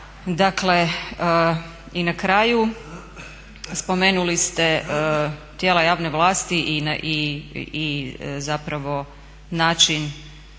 Dakle i na kraju spomenuli ste tijela javne vlasti i zapravo način